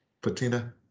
Patina